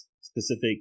specific